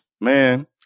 Man